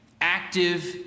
active